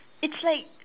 it's like